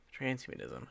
transhumanism